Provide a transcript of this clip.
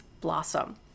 blossom